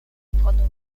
ponuro